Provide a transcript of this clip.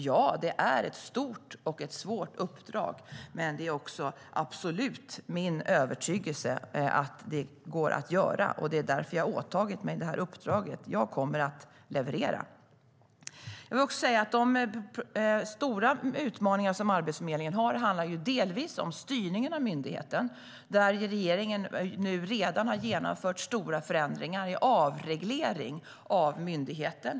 Ja, det är ett stort och svårt uppdrag, men det är också absolut min övertygelse att det går att göra. Det är därför jag har åtagit mig uppdraget. Jag kommer att leverera. De stora utmaningar som Arbetsförmedlingen har handlar delvis om styrningen av myndigheten, där regeringen nu redan har genomfört stora förändringar i avreglering av myndigheten.